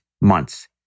months